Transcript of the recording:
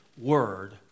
word